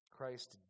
Christ